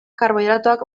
karbohidratoak